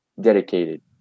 dedicated